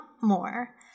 more